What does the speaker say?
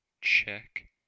check